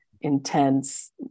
Intense